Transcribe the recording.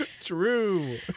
True